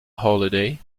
holiday